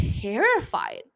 terrified